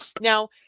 Now